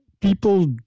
people